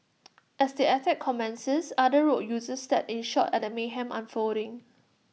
as the attack commences other road users stared in shock at the mayhem unfolding